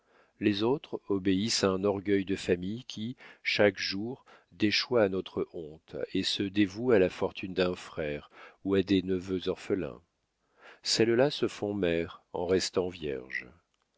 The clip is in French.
les autres obéissent à un orgueil de famille qui chaque jour déchoit à notre honte et se dévouent à la fortune d'un frère ou à des neveux orphelins celles-là se font mères en restant vierges